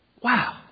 wow